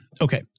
okay